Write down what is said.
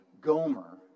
Gomer